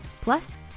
Plus